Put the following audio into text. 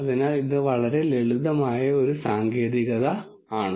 അതിനാൽ ഇത് വളരെ ലളിതമായ ഒരു സാങ്കേതികതയാണ്